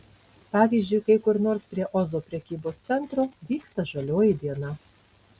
pavyzdžiui kai kur nors prie ozo prekybos centro vyksta žalioji diena